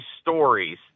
stories